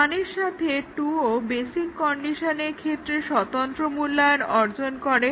1 এর সাথে 2 ও বেসিক কন্ডিশনের ক্ষেত্রে স্বতন্ত্র মূল্যায়ন অর্জন করে